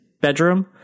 bedroom